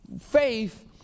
faith